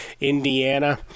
Indiana